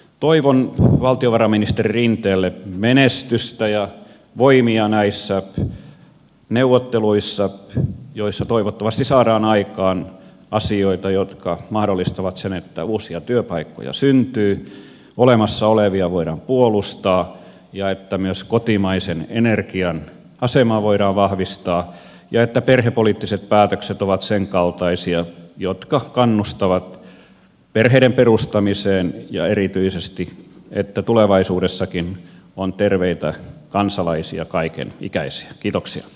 toivon valtiovarainministeri rinteelle menestystä ja voimia näissä neuvotteluissa joissa toivottavasti saadaan aikaan asioita jotka mahdollistavat sen että uusia työpaikkoja syntyy ja olemassa olevia voidaan puolustaa ja että myös kotimaisen energian asemaa voidaan vahvistaa ja että perhepoliittiset päätökset ovat senkaltaisia että ne kannustavat perheiden perustamiseen ja erityisesti että tulevaisuudessakin on terveitä kansalaisia kaiken ikäisiä